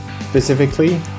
Specifically